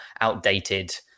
outdated